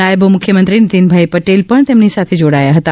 નાયબ મુખ્યમંત્રી નિતિનભાઈ પટેલ પણ તેમની સાથે જોડાયા હતા